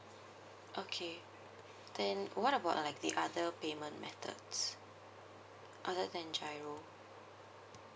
okay then what about like the other payment methods other than GIRO